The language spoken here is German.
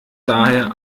daher